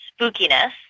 spookiness